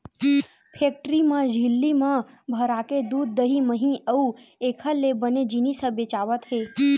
factory म झिल्ली म भराके दूद, दही, मही अउ एखर ले बने जिनिस ह बेचावत हे